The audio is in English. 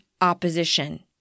opposition